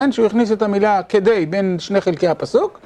שהוא יכניס את המילה כדי בין שני חלקי הפסוק.